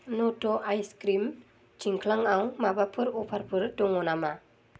नट' ice cream थिंख्लांआव माबा अफारफोर दङ नामा